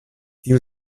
tiu